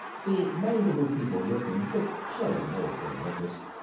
the mangaboo people listened, but showed no great interest.